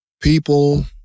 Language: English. People